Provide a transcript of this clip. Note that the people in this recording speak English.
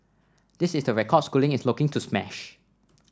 this is the record Schooling is looking to smash